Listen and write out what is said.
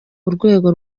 urwego